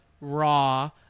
raw